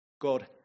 God